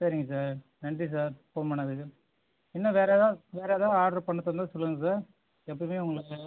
சரிங்க சார் நன்றி sir phone பண்ணதுக்கு இன்னும் வேறு எதா வேறு எதாவது ஆர்டர் பண்ணுறதா இருந்தால் சொல்லுங்கள் சார் எப்பயுமே உங்களுக்கு